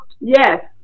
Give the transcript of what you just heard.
Yes